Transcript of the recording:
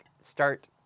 start